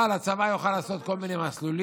אבל הצבא יכול לעשות כל מיני מסלולים.